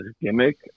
gimmick